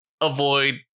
avoid